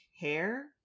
hair